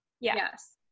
Yes